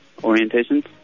Orientations